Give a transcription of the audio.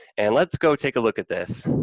and let's go take a look at this.